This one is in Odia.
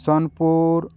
ସୋନପୁର